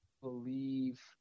believe